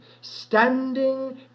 standing